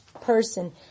person